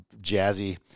Jazzy